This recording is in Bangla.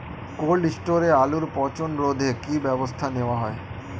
কোল্ড স্টোরে আলুর পচন রোধে কি ব্যবস্থা নেওয়া হয়?